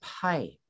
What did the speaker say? pipe